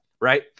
right